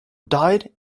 died